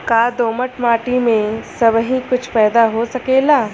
का दोमट माटी में सबही कुछ पैदा हो सकेला?